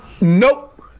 Nope